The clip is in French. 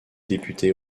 députés